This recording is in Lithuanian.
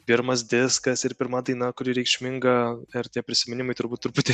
pirmas diskas ir pirma daina kuri reikšminga ir tie prisiminimai turbūt truputį